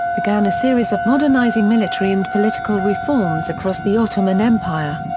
began a series of modernizing military and political reforms across the ottoman empire.